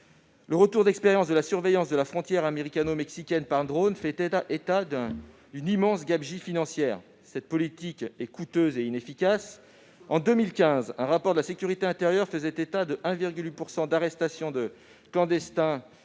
Le retour d'expérience de la surveillance de la frontière américano-mexicaine par drones fait état d'une immense gabegie financière : cette politique est coûteuse et inefficace. En 2015, un rapport du département de la sécurité intérieure faisait apparaître que les arrestations d'immigrés clandestins